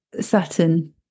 Saturn